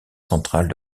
central